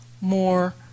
more